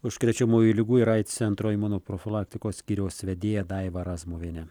užkrečiamųjų ligų ir aids centro imunoprofilaktikos skyriaus vedėja daiva razmuvienė